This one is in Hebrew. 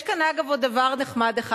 יש כאן עוד דבר נחמד אחד,